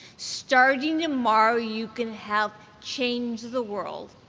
starting tomorrow, you can help change the world.